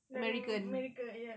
ame~ american ya